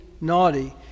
naughty